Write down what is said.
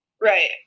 Right